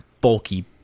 bulky